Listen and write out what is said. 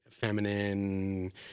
feminine